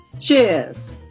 Cheers